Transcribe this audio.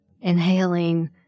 inhaling